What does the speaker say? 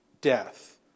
death